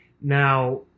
Now